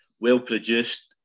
well-produced